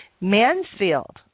Mansfield